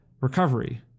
recovery